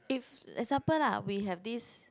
if example lah we have this